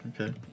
Okay